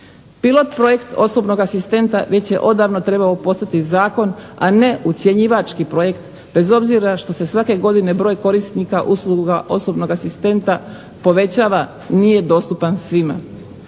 Pilot projekt osobnog asistenta već je odavno trebao postati zakon, a ne ucjenjivački projekt bez obzira što se svake godine broj korisnika usluga osobnog asistenta povećava nije dostupan svima.